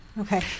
Okay